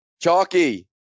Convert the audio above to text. Chalky